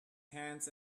hands